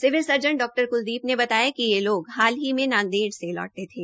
civil surgeon Dr Kuldeep ने बताया कि ये लोग हाल ही में नादेड़ से लौटे थे